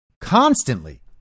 constantly